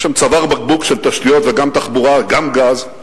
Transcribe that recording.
יש שם צוואר בקבוק של תשתיות וגם תחבורה, גם גז.